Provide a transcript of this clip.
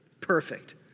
Perfect